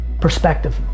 Perspective